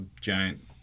giant